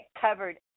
covered